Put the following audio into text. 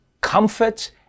comfort